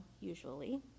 usually